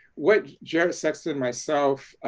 what jared sexton, myself,